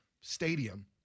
stadium